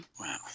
Wow